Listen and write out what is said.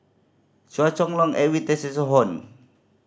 Chua Chong Long Edwin Tessensohn